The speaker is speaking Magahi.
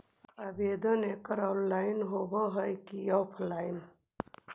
आवेदन एकड़ ऑनलाइन होव हइ की ऑफलाइन?